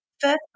first